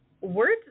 words